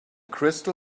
crystal